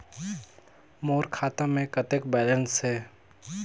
मोर खाता मे कतेक बैलेंस हे?